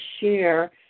share